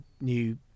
new